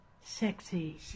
sexy